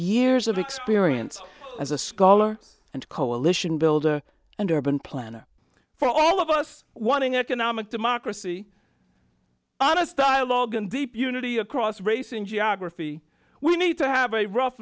years of experience as a scholar and coalition builder and urban planner for all of us wanting economic democracy honest dialogue and deep unity across race in geography we need to have a rough